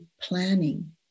planning